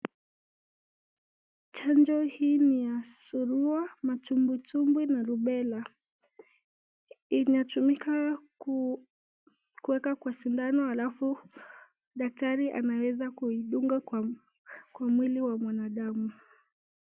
Chanjo hii ni ya surua ,matumbwitumbwi na rubella ,inatumika kuweka kwa sidano alafu daktari anaweza kuidunga kwa mwili wa mwanadamu.